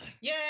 yay